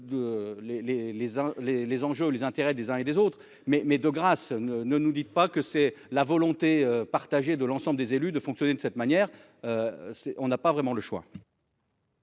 les enjeux et les intérêts des uns et des autres mais mais de grâce ne, ne nous dites pas que c'est la volonté partagée de l'ensemble des élus de fonctionner de cette manière, c'est : on n'a pas vraiment le choix.